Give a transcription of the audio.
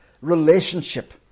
relationship